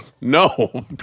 No